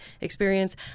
experience